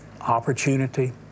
opportunity